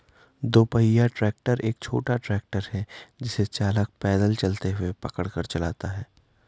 दो पहिया ट्रैक्टर एक छोटा ट्रैक्टर है जिसे चालक पैदल चलते हुए पकड़ कर चलाता है